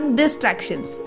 distractions